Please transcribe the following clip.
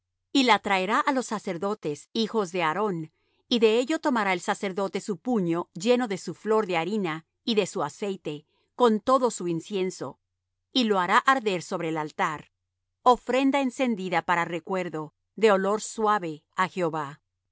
y la traerá á los sacerdotes hijos de aarón y de ello tomará el sacerdote su puño lleno de su flor de harina y de su aceite con todo su incienso y lo hará arder sobre el altar ofrenda encendida para recuerdo de olor suave á jehová